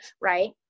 right